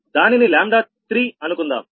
దానిని λ3 అనుకుందాం